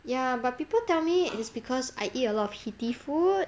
ya but people tell me it is because I eat a lot of heat food